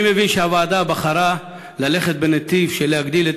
אני מבין שהוועדה בחרה ללכת בנתיב של הגדלת